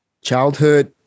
Childhood